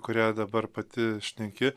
kurią dabar pati šneki